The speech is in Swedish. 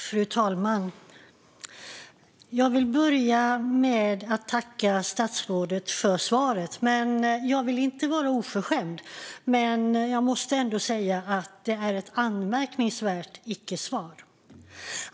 Fru talman! Jag vill börja med att tacka statsrådet för svaret. Jag vill inte vara oförskämd, men jag måste ändå säga att det är ett anmärkningsvärt ickesvar.